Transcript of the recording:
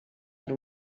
per